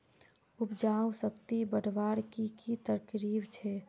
उपजाऊ शक्ति बढ़वार की की तरकीब छे?